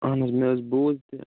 اہن حظ مےٚ حظ بوز تہِ